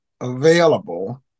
available